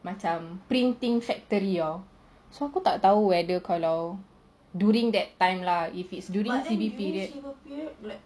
macam printing factory [tau] so aku tak tahu whether kalau during that time lah if is like during C_B period